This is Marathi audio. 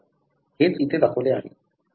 हेच इथे दाखवले आहे